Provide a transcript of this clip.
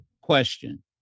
question